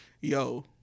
Yo